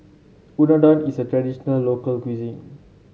Unadon is a traditional local cuisine